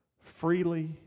freely